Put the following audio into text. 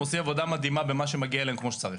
הם עושים עבודה מדהימה במה שמגיע אליהם כמו שצריך.